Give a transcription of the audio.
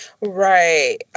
Right